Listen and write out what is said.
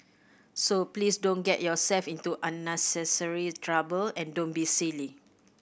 so please don't get yourself into unnecessary trouble and don't be silly